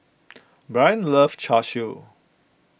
Blain loves Char Siu